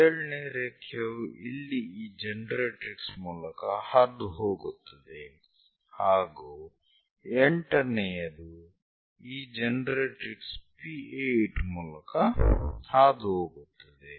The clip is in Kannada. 7 ನೇ ರೇಖೆಯು ಇಲ್ಲಿ ಈ ಜನರೇಟರಿಕ್ಸ್ ಮೂಲಕ ಹಾದುಹೋಗುತ್ತದೆ ಮತ್ತು 8 ನೇಯದು ಈ ಜನರೇಟರಿಕ್ಸ್ P8 ಮೂಲಕ ಹಾದುಹೋಗುತ್ತದೆ